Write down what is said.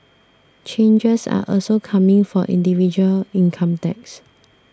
changes are also coming for individual income tax